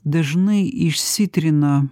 dažnai išsitrina